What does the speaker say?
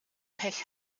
pech